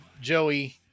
Joey